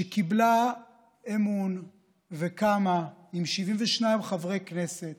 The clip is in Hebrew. שקיבלה אמון וקמה עם 72 חברי כנסת